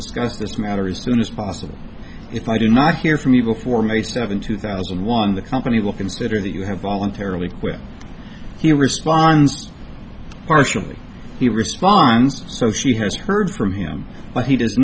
discuss this matter as soon as possible if i do not hear from you before may seventh two thousand and one the company will consider that you have voluntarily quit he responds partially he responds so she has heard from him but he does